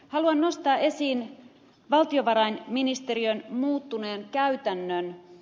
haluan nostaa esiin valtiovarainministeriön muuttuneen käytännön